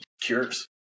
cures